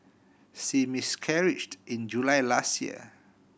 she miscarried in July last year